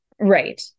Right